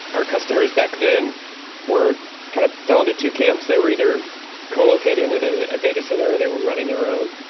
our customers back then were kind of fell into two camps. they were either co-locating at a ah data center, or they were running their own.